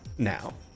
now